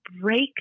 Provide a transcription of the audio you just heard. break